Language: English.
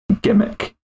gimmick